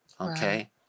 Okay